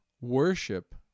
worship